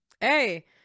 Hey